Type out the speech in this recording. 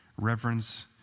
reverence